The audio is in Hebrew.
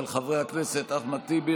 של חברי הכנסת אחמד טיבי,